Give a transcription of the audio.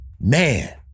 Man